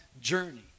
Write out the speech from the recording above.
journey